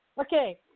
okay